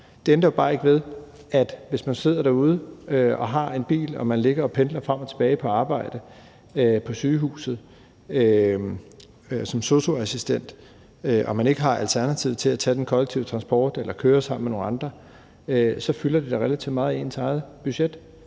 Det ændrer bare ikke ved, at hvis man sidder derude og har en bil og skal pendle frem og tilbage på arbejde på sygehuset som sosu-assistent og ikke kan tage den kollektive transport som alternativ eller køre sammen med nogle andre, så fylder det da relativt meget i ens budget.